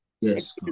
Yes